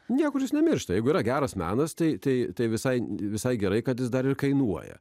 niekur jis nemiršta jeigu yra geras menas tai tai visai visai gerai kad jis dar kainuoja